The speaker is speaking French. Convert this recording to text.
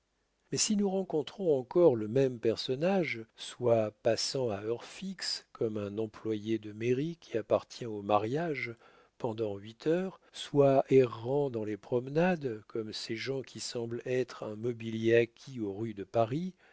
mais si nous rencontrons encore le même personnage soit passant à heure fixe comme un employé de mairie qui appartient au mariage pendant huit heures soit errant dans les promenades comme ces gens qui semblent être un mobilier acquis aux rues de paris